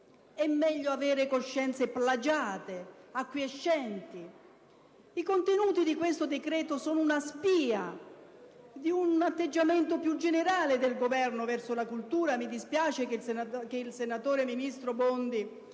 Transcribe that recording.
È meglio avere coscienze plagiate, acquiescenti. I contenuti di questo decreto sono una spia di un atteggiamento più generale del Governo verso la cultura. Mi dispiace che il ministro Bondi